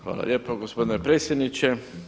Hvala lijepo gospodine predsjedniče.